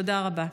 תודה רבה.